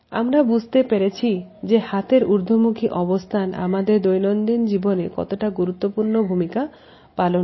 আমরা বুঝতে পেরেছি যে হাতের ঊর্ধ্বমুখী অবস্থান আমাদের দৈনন্দিন জীবনে কতটা গুরুত্বপূর্ণ ভূমিকা পালন করে